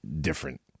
different